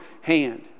hand